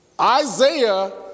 Isaiah